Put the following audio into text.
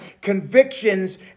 convictions